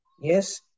Yes